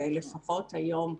לפחות היום,